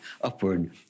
upward